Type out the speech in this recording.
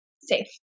safe